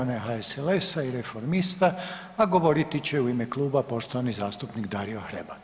onaj HSLS-a i Reformista, a govoriti će u ime kluba poštovani zastupnik Dario Hrebak.